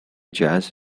jazz